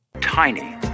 Tiny